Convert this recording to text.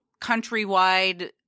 countrywide